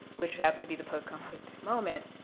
which happened to be the post-conflict moment,